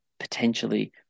potentially